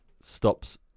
stops